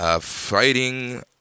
fighting